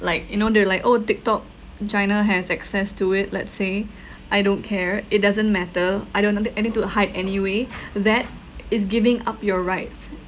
like you know they're like oh tiktok china has access to it let's say I don't care it doesn't matter I don't have anything to hide anyway that is giving up your rights